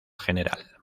general